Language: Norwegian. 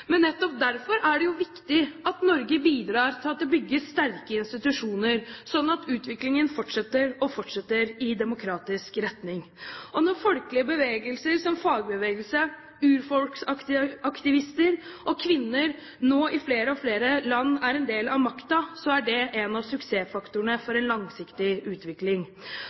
det viktig at Norge bidrar til at det bygges sterke institusjoner, slik at utviklingen fortsetter i demokratisk retning. Når folkelige bevegelser – som f.eks. fagbevegelse – urfolksaktivister og kvinner i flere og flere land nå er en del av makten, er det en av suksessfaktorene for en langsiktig utvikling.